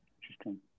Interesting